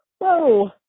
whoa